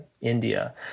India